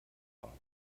war